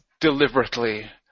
deliberately